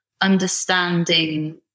understanding